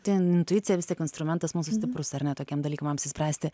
ta intuicija vis tiek instrumentas mūsų stiprus ar ne tokiems dalykams apsispręsti